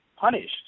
punished